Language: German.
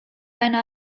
eine